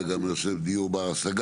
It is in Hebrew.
אלא גם דיור בר השגה.